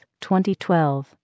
2012